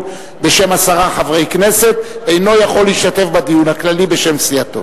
בשם עשרה חברי כנסת אינו יכול להשתתף בדיון הכללי בשם סיעתו.